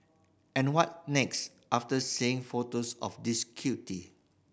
and what next after seeing photos of this cutie